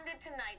tonight